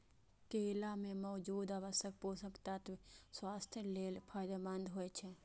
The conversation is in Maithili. केला मे मौजूद आवश्यक पोषक तत्व स्वास्थ्य लेल फायदेमंद होइ छै